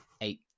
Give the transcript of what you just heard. eight